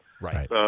Right